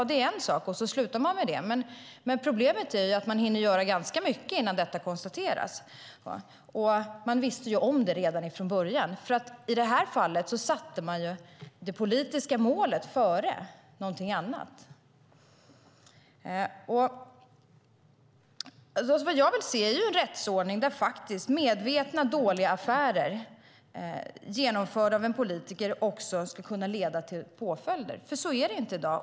Det är en sak, och så slutar man med den. Problemet är ju att man hinner göra ganska mycket innan detta konstateras. Man visste ju om det redan från början. I det här fallet satte man ju det politiska målet före någonting annat. Det jag vill se är en rättsordning där medvetna dåliga affärer genomförda av en politiker faktiskt ska kunna leda till påföljder. Så är det inte i dag.